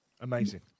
Amazing